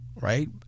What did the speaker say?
right